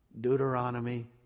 Deuteronomy